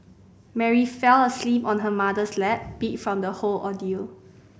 Mary fell asleep on her mother's lap beat from the whole ordeal